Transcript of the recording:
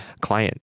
client